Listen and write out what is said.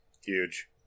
Huge